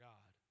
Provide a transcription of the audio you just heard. God